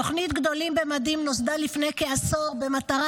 תוכנית גדולים במדים נוסדה לפני כעשור במטרה